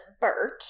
Bert